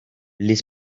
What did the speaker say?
les